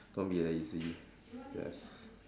don't be lazy yes